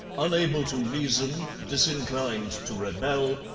unable to reason, disinclined to rebel,